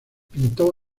pintó